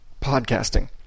podcasting